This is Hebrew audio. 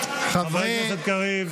כולכם,